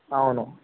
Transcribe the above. అవును